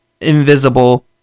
invisible